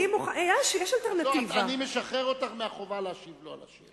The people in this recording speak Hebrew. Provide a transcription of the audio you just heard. אני משחרר אותך מהחובה להשיב לו.